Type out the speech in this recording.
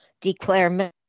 declare